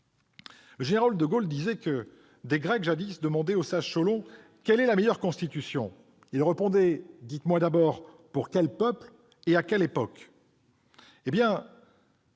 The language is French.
du général de Gaulle en 1946 :« Des Grecs, jadis, demandaient au sage Solon :" Quelle est la meilleure Constitution ?"» Il répondait :« Dites-moi, d'abord, pour quel peuple et à quelle époque ?»